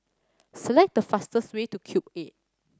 select the fastest way to Cube Eight